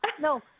no